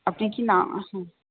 আপনি কি না